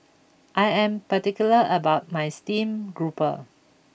I am particular about my steamed grouper